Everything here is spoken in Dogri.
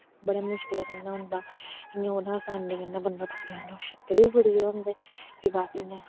बड़ै मुश्कलै कन्नै हुंदा इयां उऐ ना आसानी कन्नै बंदा तुप्पी लैंदा छप्पे दे गै बड़ी जगह होंदे फ्ही बस इयां